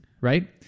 right